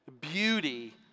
beauty